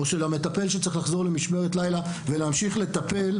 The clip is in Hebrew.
של המטפל שצריך לחזור למשמרת לילה ולהמשיך לטפל,